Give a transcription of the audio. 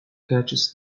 catches